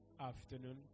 afternoon